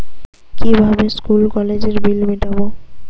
কিভাবে স্কুল কলেজের বিল মিটাব?